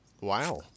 Wow